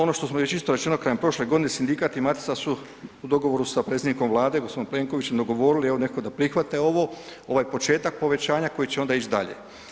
Ono što smo već isto rečeno krajem prošle godine sindikat i matica su u dogovoru sa predsjednikom Vlade g. Plenkovićem dogovorili evo nekako da prihvate ovo, ovaj početak povećanja koji će onda ić dalje.